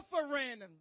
suffering